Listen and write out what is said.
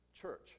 church